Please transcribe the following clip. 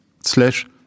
slash